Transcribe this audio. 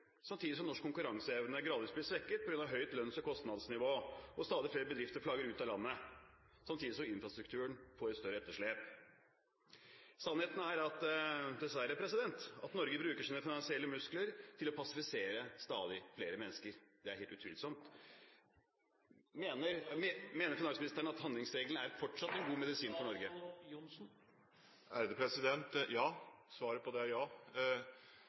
samtidig som norsk konkurranseevne gradvis blir svekket på grunn av høyt lønns- og kostnadsnivå, og at stadig flere bedrifter flagger ut av landet og infrastrukturen får et større etterslep. Sannheten er dessverre at Norge bruker sine finansielle muskler til å passivisere stadig flere mennesker. Det er helt utvilsomt. Mener finansministeren at handlingsregelen fortsatt er en god medisin for Norge? Svaret på det er ja.